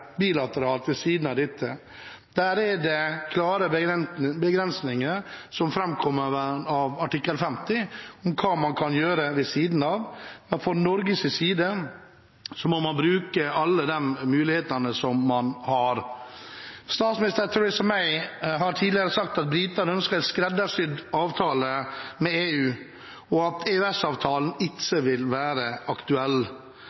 bilateralt ved siden av dette. Det er klare begrensninger som framkommer av artikkel 50 om hva man kan gjøre ved siden av. Fra Norges side må man bruke alle de mulighetene som man har. Statsminister Theresa May har tidligere sagt at britene ønsker en skreddersydd avtale med EU, og at